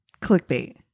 Clickbait